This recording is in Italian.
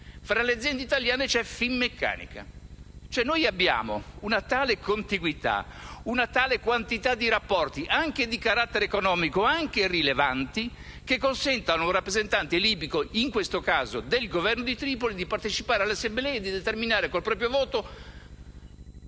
Tra le aziende italiane c'è Finmeccanica. Noi abbiamo una tale contiguità e quantità di rapporti, anche di carattere economico e rilevanti, che consentono ad un rappresentante libico, in questo caso del Governo di Tripoli, di partecipare alle assemblee e di determinare con il proprio voto